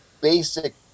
basic